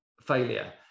failure